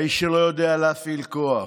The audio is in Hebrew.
האיש שלא יודע להפעיל כוח,